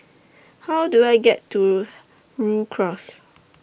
How Do I get to Rhu Cross